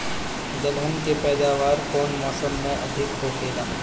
दलहन के पैदावार कउन मौसम में अधिक होखेला?